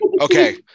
Okay